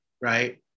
right